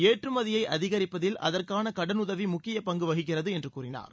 ஏற்றுமதியை அதிகரிப்பதில் அதற்கான கடனுதவி முக்கிய பங்கு வகிக்கிறது என்று கூறினார்